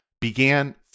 began